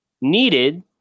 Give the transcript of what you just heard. needed